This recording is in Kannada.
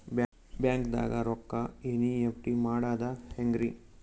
ಬ್ಯಾಂಕ್ದಾಗ ರೊಕ್ಕ ಎನ್.ಇ.ಎಫ್.ಟಿ ಮಾಡದ ಹೆಂಗ್ರಿ?